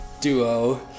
Duo